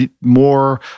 more